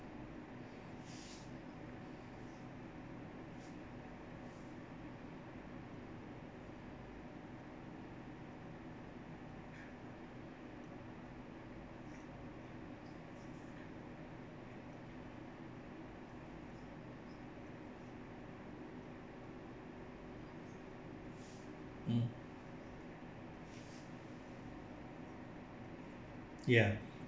mm ya